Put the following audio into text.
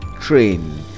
train